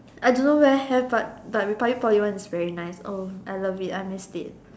I don't know where have but but republic Poly one is very nice oh I love it I missed it